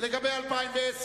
לגבי 2010,